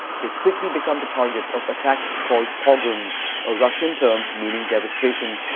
they quickly become the targets of attacks called pogroms a russian term meaning devastation.